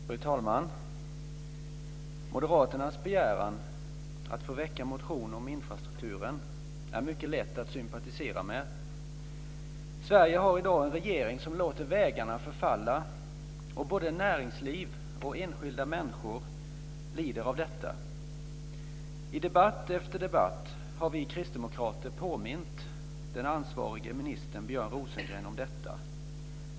Fru talman! Moderaternas begäran att få väcka motion om infrastrukturen är mycket lätt att sympatisera med. Sverige har i dag en regering som låter vägarna förfalla, och både näringsliv och enskilda människor lider av detta. I debatt efter debatt har vi kristdemokrater påmint den ansvarige ministern Björn Rosengren om detta.